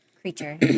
creature